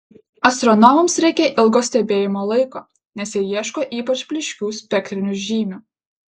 astronomams reikia ilgo stebėjimo laiko nes jie ieško ypač blyškių spektrinių žymių